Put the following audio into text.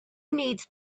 needs